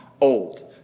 old